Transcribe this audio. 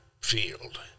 field